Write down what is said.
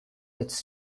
its